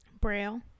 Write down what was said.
Braille